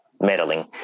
meddling